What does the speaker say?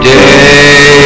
day